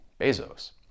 Bezos